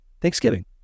Thanksgiving